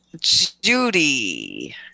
judy